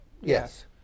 Yes